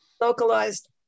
Localized